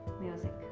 music